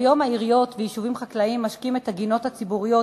כיום העיריות ויישובים חקלאיים משקים את הגינות הציבוריות,